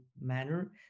manner